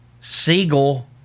Siegel